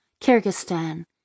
Kyrgyzstan